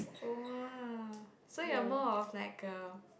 oh !wow! so you're more of like a